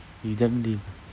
you damn lame